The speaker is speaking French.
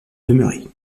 demeurer